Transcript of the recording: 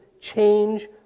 change